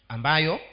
Ambayo